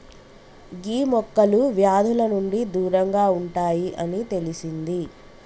గీ మొక్కలు వ్యాధుల నుండి దూరంగా ఉంటాయి అని తెలిసింది